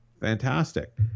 Fantastic